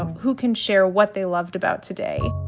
who can share what they loved about today?